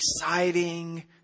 exciting